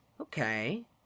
Okay